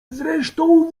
zresztą